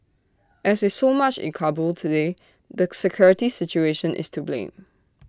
as with so much in Kabul today the security situation is to blame